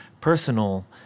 personal